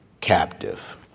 captive